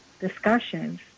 discussions